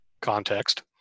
context